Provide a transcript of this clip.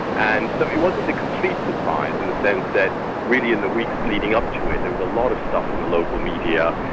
and so it wasn't a complete surprise, in the sense that really in the weeks leading up to it there was a lot of stuff in the local media,